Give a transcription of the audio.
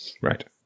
Right